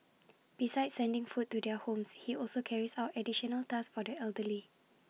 besides sending food to their homes he also carries out additional tasks for the elderly